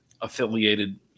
affiliated